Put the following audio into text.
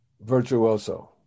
virtuoso